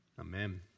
Amen